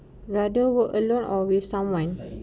rather work alone or with someone